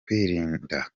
kwirinda